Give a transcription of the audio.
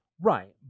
Right